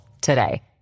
today